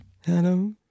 hello